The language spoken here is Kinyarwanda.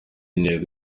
intego